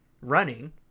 running